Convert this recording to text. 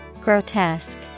Grotesque